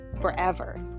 forever